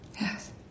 Yes